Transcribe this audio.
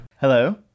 Hello